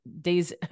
days